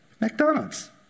McDonald's